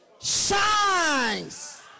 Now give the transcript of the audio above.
shines